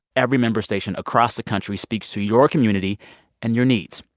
every member station across the country speaks to your community and your needs.